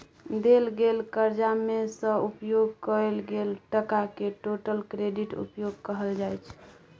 देल गेल करजा मे सँ उपयोग कएल गेल टकाकेँ टोटल क्रेडिट उपयोग कहल जाइ छै